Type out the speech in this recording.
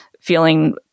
feeling